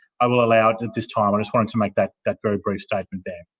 i will allow it at this time. i just wanted to make that that very brief statement there.